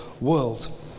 world